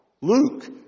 Luke